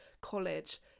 college